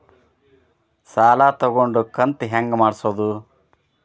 ಸಾಲ ತಗೊಂಡು ಕಂತ ಹೆಂಗ್ ಮಾಡ್ಸೋದು?